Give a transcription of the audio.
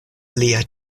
lia